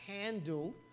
handle